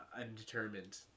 undetermined